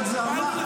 עוד זרמה.